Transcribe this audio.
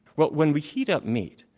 well, when we heat up meat,